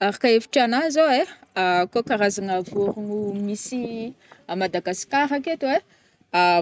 Araka hevitrana zao ai, kô karazagna vôrogno misy à Madagascar aketo ai,